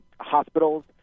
hospitals